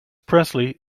presley